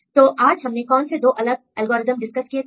तो आज हमने कौन से दो अलग एल्गोरिदम डिस्कस किए थे